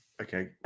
Okay